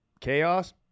Chaos